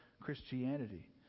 Christianity